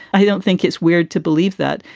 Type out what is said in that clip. i don't think it's weird to believe that.